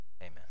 Amen